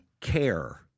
Care